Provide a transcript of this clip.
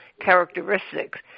characteristics